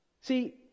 See